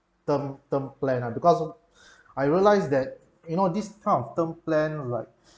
term term plan ah because I realize that you know this kind of term plan like